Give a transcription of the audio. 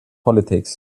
politics